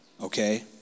okay